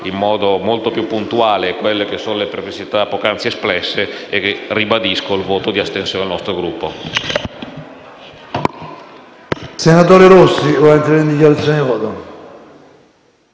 in modo molto più puntuale le perplessità poc'anzi espresse e ribadisco il voto di astensione del nostro Gruppo.